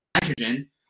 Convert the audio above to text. nitrogen